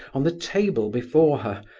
on the table before her,